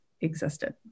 existed